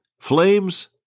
Flames